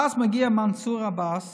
ואז מגיע מנסור עבאס